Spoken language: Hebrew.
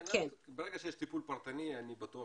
ברגע שיש טיפול פרטני, אני בטוח